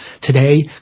Today